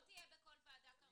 לא יהיה בכל ועדה קרדיולוג ילדים.